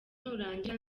nurangira